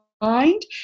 mind